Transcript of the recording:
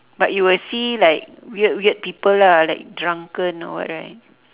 but you will see like weird weird people lah like drunken or what right